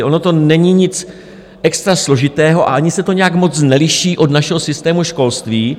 Ono to není nic extra složitého a ani se to nijak moc neliší od našeho systému školství.